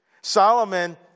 Solomon